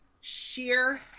sheer